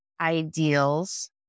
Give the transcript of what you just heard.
ideals